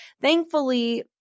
thankfully